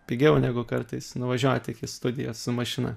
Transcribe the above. pigiau negu kartais nuvažiuoti iki studijos su mašina